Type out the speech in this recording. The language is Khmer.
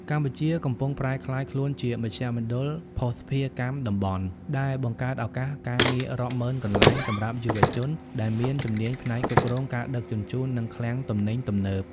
កម្ពុជាកំពុងប្រែក្លាយខ្លួនជាមជ្ឈមណ្ឌលភស្តុភារកម្មតំបន់ ដែលបង្កើតឱកាសការងាររាប់ម៉ឺនកន្លែងសម្រាប់យុវជនដែលមានជំនាញផ្នែកគ្រប់គ្រងការដឹកជញ្ជូន និងឃ្លាំងទំនិញទំនើប។